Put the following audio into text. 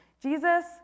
Jesus